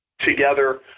together